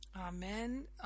Amen